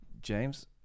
James